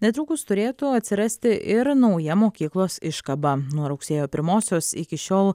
netrukus turėtų atsirasti ir nauja mokyklos iškaba nuo rugsėjo pirmosios iki šiol